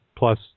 Plus